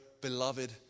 beloved